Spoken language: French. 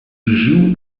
joue